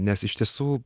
nes iš tiesų